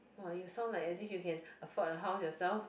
!wah! you sound like as if you can afford a house yourself